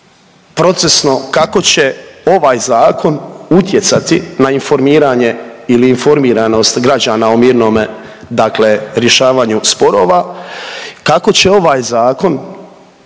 procesno kako će ovaj zakon utjecati na informiranje ili informiranje građana o mirnome rješavanju sporova, kako će ovaj zakon